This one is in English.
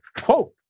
Quote